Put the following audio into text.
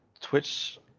twitch